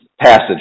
passage